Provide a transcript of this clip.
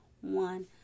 one